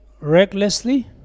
recklessly